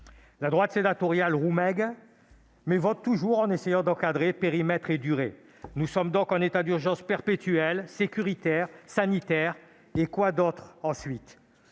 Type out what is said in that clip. La droite sénatoriale roumègue, mais vote toujours en essayant d'encadrer périmètre et durée. Nous sommes donc en état d'urgence perpétuel : sécuritaire hier, sanitaire aujourd'hui. Quoi